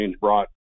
brought